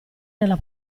nella